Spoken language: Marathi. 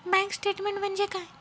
बँक स्टेटमेन्ट म्हणजे काय?